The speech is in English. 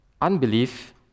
Unbelief